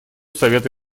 совета